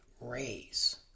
raise